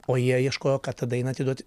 o jie ieškojo ką tą dainą atiduoti